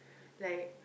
like